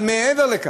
אבל מעבר לכך,